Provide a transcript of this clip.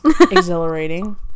Exhilarating